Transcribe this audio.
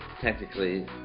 technically